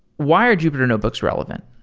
why are jupiter notebooks relevant?